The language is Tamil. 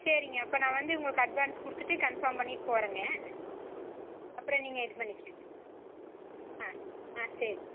சரிங்க அப்போ நான் வந்து உங்களுக்கு அட்வான்ஸ் கொடுத்துட்டு கன்ஃபார்ம் பண்ணிவிட்டு போகிறேங்க அப்புறம் நீங்கள் இது பண்ணிக்கோங்க சரிங்க